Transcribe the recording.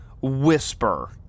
whisper